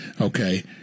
okay